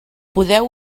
podeu